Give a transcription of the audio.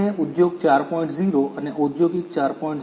0 અને ઔધોગિક 4